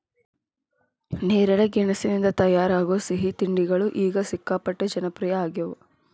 ನೇರಳೆ ಗೆಣಸಿನಿಂದ ತಯಾರಾಗೋ ಸಿಹಿ ತಿಂಡಿಗಳು ಈಗ ಸಿಕ್ಕಾಪಟ್ಟೆ ಜನಪ್ರಿಯ ಆಗ್ಯಾವ